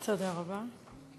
תודה רבה.